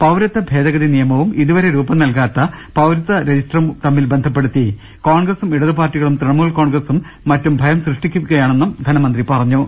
പൌരത്വ ഭേദഗതി നിയമവും ഇതുവരെ രൂപം നൽകാത്ത പൌരത്വ രജിസ്റ്ററും തമ്മിൽ ബന്ധപ്പെടുത്തി കോൺഗ്രസും ഇട തുപാർട്ടികളും തൃണമൂൽ കോൺഗ്രസും മറ്റും ഭയം സൃഷ്ടിക്കുകയാ ണെന്നും ധനമന്ത്രി പറഞ്ഞു